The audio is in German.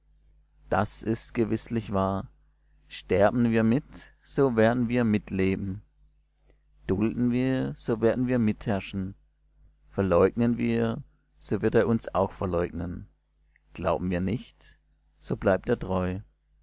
das ist gewißlich wahr sterben wir mit so wer den wir mitleben dulden wir so werden wir mitherrschen verleugnen wir so wird er uns auch verleugnen glauben wir nicht so bleibt er treu